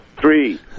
three